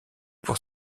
pour